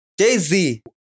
Jay-Z